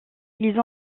ils